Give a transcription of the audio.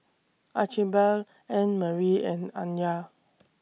Archibald Annmarie and Anya